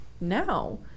now